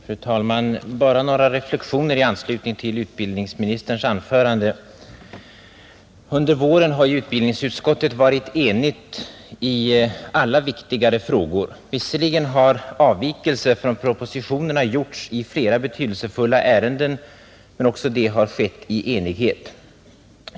Fru talman! Bara några reflexioner i anslutning till utbildningsministerns anförande. Under våren har utbildningsutskottet varit enigt i alla viktigare frågor. Visserligen har avvikelser från propositionerna gjorts i flera betydelsefulla ärenden, men också det har skett i enighet.